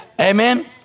Amen